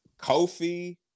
Kofi